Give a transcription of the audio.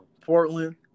Portland